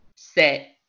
Set